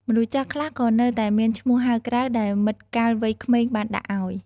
មនុស្សចាស់ខ្លះក៏នៅតែមានឈ្មោះហៅក្រៅ ដែលមិត្តកាលវ័យក្មេងបានដាក់ឲ្យ។